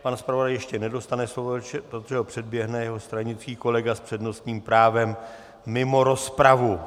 Pan zpravodaj ještě nedostane slovo, protože ho předběhne jeho stranický kolega s přednostním právem mimo rozpravu.